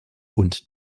und